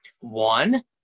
One